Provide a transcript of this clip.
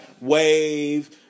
wave